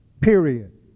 period